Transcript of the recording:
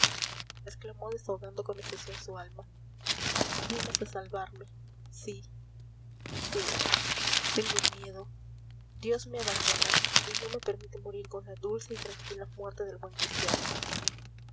eres tú exclamó desahogando con efusión su alma vienes a salvarme sí sí tengo miedo dios me abandona y no me permite morir con la dulce y tranquila muerte del buen cristiano